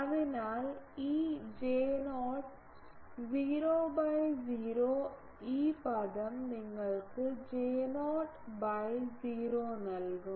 അതിനാൽ ഈ J0 0 by 0 ഈ പദം നിങ്ങൾക്ക് J0 by 0 നൽകും